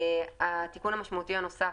התיקון המשמעותי הנוסף,